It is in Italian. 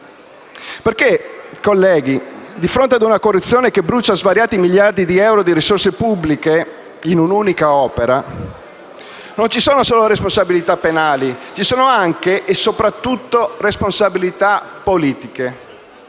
procure. Colleghi, di fronte a una corruzione che brucia svariati miliardi di euro di risorse pubbliche in un'unica opera non ci sono solo responsabilità penali, ma anche e soprattutto responsabilità di